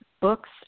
books